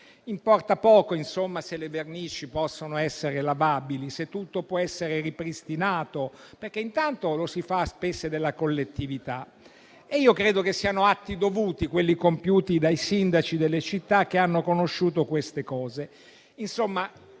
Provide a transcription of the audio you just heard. Importa poco, insomma, se le vernici possono essere lavabili e se tutto può essere ripristinato, perché intanto lo si fa a spese della collettività. Credo che siano atti dovuti quelli compiuti dai sindaci delle città che hanno conosciuto queste cose.